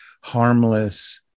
harmless